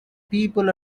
people